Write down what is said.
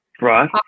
Right